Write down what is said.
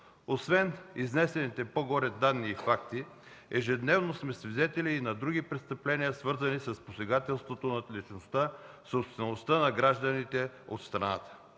Освен на изнесените по-горе данни и факти, ежедневно сме свидетели и на други престъпления, свързани с посегателство над личността, собствеността на гражданите от страната.